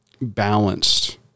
balanced